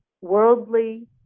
worldly